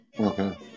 Okay